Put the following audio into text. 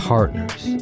Partners